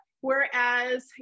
Whereas